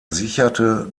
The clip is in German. sicherte